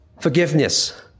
forgiveness